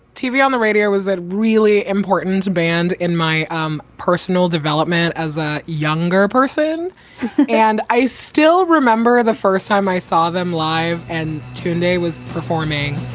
tv on the radio was a really important band in my um personal development as a younger person and i still remember the first time i saw them live and tunie was performing